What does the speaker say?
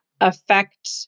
affect